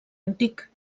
antic